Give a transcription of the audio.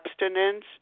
abstinence